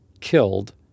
killed